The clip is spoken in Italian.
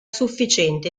sufficiente